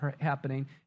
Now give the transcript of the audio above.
happening